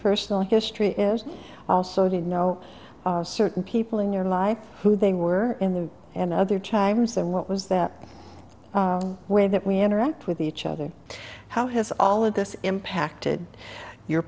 personal history is also did know certain people in your life who they were in their and other chimes and what was that way that we interact with each other how has all of this impacted your